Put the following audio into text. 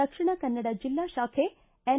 ದಕ್ಷಿಣ ಕನ್ನಡ ಜಿಲ್ಲಾ ತಾಖೆ ಎನ್